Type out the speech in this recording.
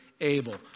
able